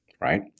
right